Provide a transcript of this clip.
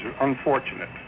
unfortunate